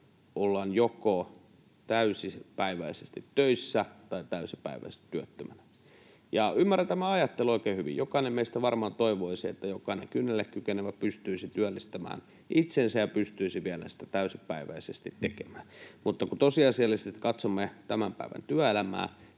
ollaan joko täysipäiväisesti töissä tai täysipäiväisesti työttömänä. Ymmärrän tämän ajattelun oikein hyvin: jokainen meistä varmaan toivoisi, että jokainen kynnelle kykenevä pystyisi työllistämään itsensä ja pystyisi vielä sitä täysipäiväisesti tekemään. Mutta kun tosiasiallisesti katsomme tämän päivän työelämää,